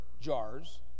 jars